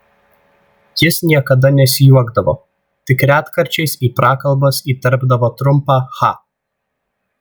jis niekada nesijuokdavo tik retkarčiais į prakalbas įterpdavo trumpą cha